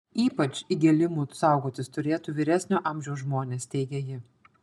ypač įgėlimų saugotis turėtų vyresnio amžiaus žmonės teigia ji